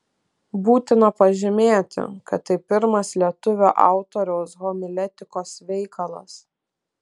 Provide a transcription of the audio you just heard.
būtina pažymėti kad tai pirmas lietuvio autoriaus homiletikos veikalas